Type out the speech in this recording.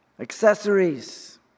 Accessories